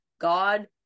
God